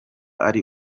ari